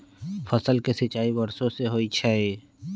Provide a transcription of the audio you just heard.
फसल के सिंचाई वर्षो से होई छई